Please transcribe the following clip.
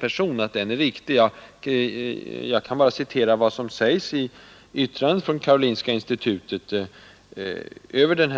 Jag kan härvidlag bara citera vad som sägs i Karolinska institutets yttrande över den